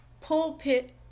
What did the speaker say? pulpit